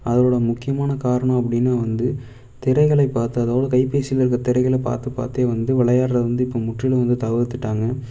அதோடய முக்கியமான காரணம் அப்படின்னா வந்து திரைகளைப் பார்த்து அதோடய கைபேசில் இருக்கிற திரைகளைப் பார்த்து பார்த்தே வந்து விளையாடுறது வந்து இப்போ முற்றிலும் வந்து தவிர்த்துட்டாங்க